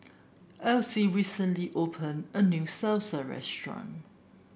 Elsie recently open a new Salsa restaurant